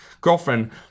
girlfriend